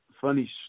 Funny